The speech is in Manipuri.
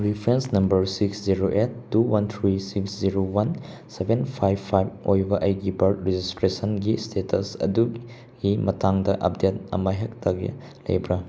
reference number six zero eight two one three six zero one seven five five ꯑꯣꯏꯕ ꯑꯩꯒꯤ ꯕꯥꯔꯠ ꯔꯦꯖꯤꯁꯇ꯭ꯔꯦꯁꯟꯒꯤ ꯏꯁꯇꯦꯇꯁ ꯑꯗꯨꯒꯤ ꯃꯇꯥꯡꯗ ꯑꯞꯗꯦꯠ ꯑꯃꯍꯦꯛꯇꯒ ꯂꯩꯕ꯭ꯔ